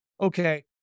okay